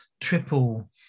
triple